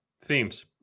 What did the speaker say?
themes